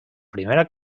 primera